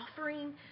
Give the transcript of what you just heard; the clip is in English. offering